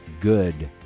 good